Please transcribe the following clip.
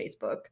Facebook